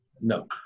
No